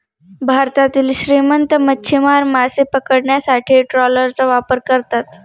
भारतातील श्रीमंत मच्छीमार मासे पकडण्यासाठी ट्रॉलरचा वापर करतात